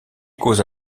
causes